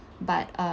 but uh